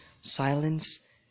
Silence